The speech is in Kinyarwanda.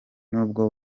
nubwo